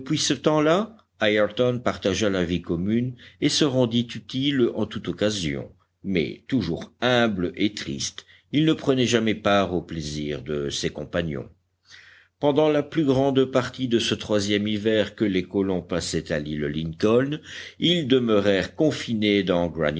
ce tempslà ayrton partagea la vie commune et se rendit utile en toute occasion mais toujours humble et triste il ne prenait jamais part aux plaisirs de ses compagnons pendant la plus grande partie de ce troisième hiver que les colons passaient à l'île lincoln ils demeurèrent confinés dans